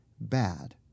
bad